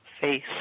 face